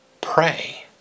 pray